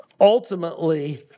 Ultimately